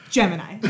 Gemini